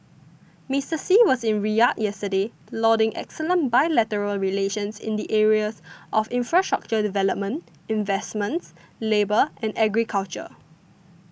Mister Xi was in Riyadh yesterday lauding excellent bilateral relations in the areas of infrastructure development investments labour and agriculture